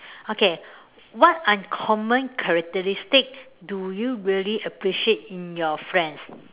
okay what uncommon characteristic do you really appreciate in your friends